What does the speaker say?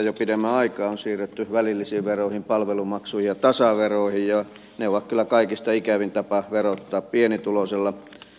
jo pidemmän aikaa on siirretty välillisiin veroihin palvelumaksuihin ja tasaveroihin ja ne ovat kyllä kaikista ikävin tapa verottaa pienituloisella ihmisellä